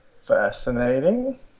Fascinating